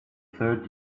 third